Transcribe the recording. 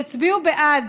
תצביעו בעד,